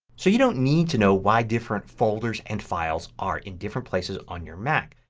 so you don't need to know why different folders and files are in different places on your mac.